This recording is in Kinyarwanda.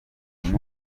ufite